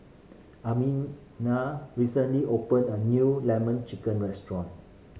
Amina recently opened a new Lemon Chicken restaurant